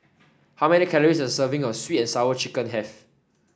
how many calories does a serving of sweet and Sour Chicken have